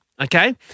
okay